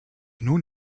nun